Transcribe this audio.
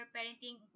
Parenting